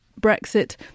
Brexit